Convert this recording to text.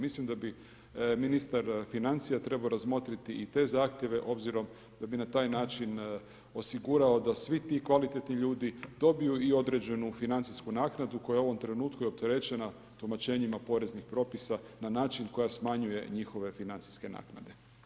Mislim da bi ministar financija trebao razmotriti i te zahtjeve obzirom da bi na taj način osigurao da svi ti kvalitetni ljudi dobiju i određenu financijsku naknadu koja u ovom trenutku je opterećena tumačenjima poreznih propisa na način koja smanjuje njihove financijske naknade.